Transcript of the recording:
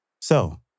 So-